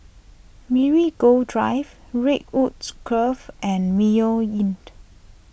Marigold Drive Redwood's Grove and Mayo Inn